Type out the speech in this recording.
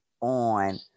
on